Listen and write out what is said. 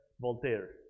Voltaire